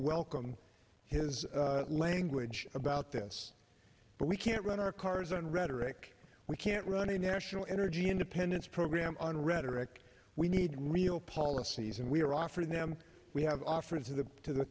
welcome his language about this but we can't run our cars on rhetoric we can't run a national energy independence program on rhetoric we need real policies and we are offering them we have offered to the to the